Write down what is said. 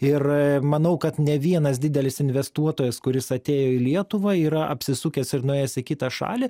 ir manau kad ne vienas didelis investuotojas kuris atėjo į lietuvą yra apsisukęs ir nuėjęs į kitą šalį